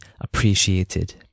appreciated